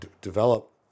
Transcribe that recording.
develop